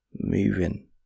moving